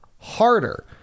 harder